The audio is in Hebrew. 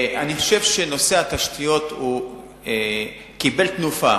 אני חושב שנושא התשתיות קיבל תנופה,